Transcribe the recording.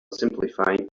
simplifying